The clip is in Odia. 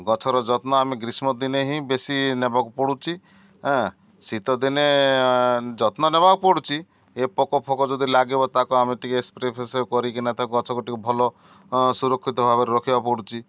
ଗଛର ଯତ୍ନ ଆମେ ଗ୍ରୀଷ୍ମ ଦିନେ ହିଁ ବେଶୀ ନେବାକୁ ପଡ଼ୁଛି ଶୀତ ଦିନେ ଯତ୍ନ ନେବାକୁ ପଡ଼ୁଛି ଏ ପୋକ ଫୋକ ଯଦି ଲାଗିବ ତାକୁ ଆମେ ଟିକେ ସ୍ପ୍ରେ ଫ୍ରେ କରିକିନା ତାକୁ ଗଛକୁ ଟିକେ ଭଲ ସୁରକ୍ଷିତ ଭାବରେ ରଖିବାକୁ ପଡ଼ୁଛି